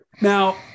Now